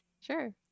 Sure